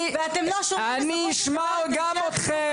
ואתם לא שומעים בסופו של דבר --- אני אשמע גם אתכם.